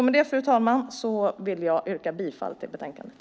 Med detta, fru talman, vill jag yrka bifall till förslaget till beslut i betänkandet.